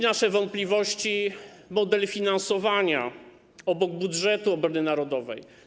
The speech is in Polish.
Nasze wątpliwości budzi model finansowania: obok budżetu obrony narodowej.